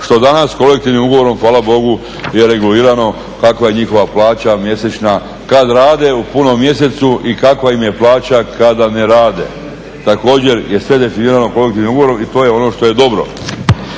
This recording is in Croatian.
što danas kolektivnim ugovorom hvala Bogu kakva je njihova plaća mjesečna, kada rade u punom mjesecu i kakva im je plaća kada ne rade, također je sve definirano kolektivnim ugovorom i to je ono što je dobro.